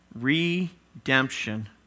Redemption